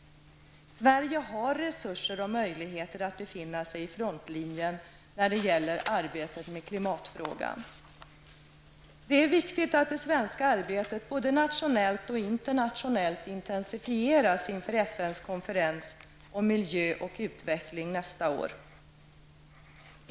Sverige har resurser och möjligheter att befinna sig i frontlinjen när det gäller arbetet med klimatfrågan. Det är viktigt att det svenska arbetet, både nationellt och internationellt, intensifieras inför FNs konferens om miljö och utveckling nästa år.